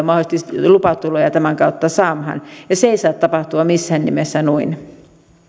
mahdollisesti lupatuloja tämän kautta samaan ja se ei saa tapahtua missään nimessä noin